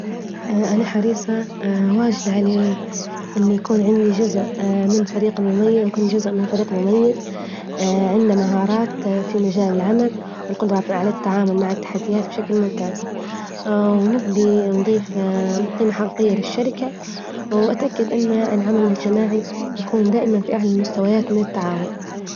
أنا حريصة واجد عليه إني يكون عندي جزء من فريج مميز وأكون جزء من فريج مميزعنده مهارات في مجال العمل، والجدرة على التعامل مع التحديات بشكل ممتاز، ونبغي نظيف جيمة حجيجية للشركة، وأتأكد إن العمل الجماعي يكون دائما في أعلى المستويات من التعاون.